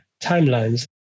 timelines